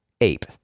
ape